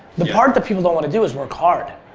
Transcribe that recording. the part that people don't want to do is work hard.